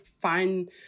find